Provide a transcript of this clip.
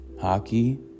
hockey